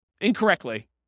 incorrectly